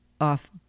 off